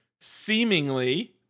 seemingly